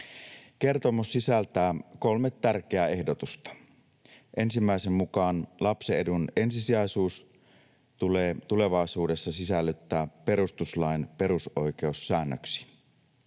Kertomus sisältää kolme tärkeää ehdotusta: Ensimmäisen mukaan lapsen edun ensisijaisuus tulee tulevaisuudessa sisällyttää perustuslain perusoikeussäännöksiin.